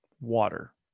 water